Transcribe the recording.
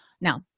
Now